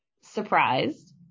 surprised